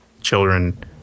children